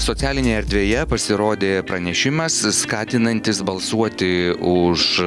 socialinėje erdvėje pasirodė pranešimas skatinantis balsuoti už